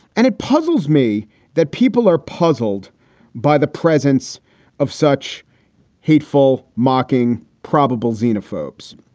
and it puzzles me that people are puzzled by the presence of such hateful, mocking probabl xenophobes,